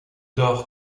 dort